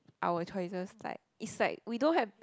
our choices like it's like we don't have